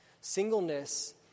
Singleness